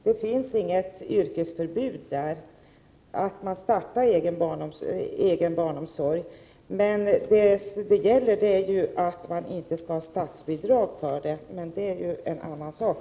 Det finns inget yrkesförbud mot att starta egen barnomsorgsverksamhet. Men då kan man inte få statsbidrag, vilket ju är en annan sak.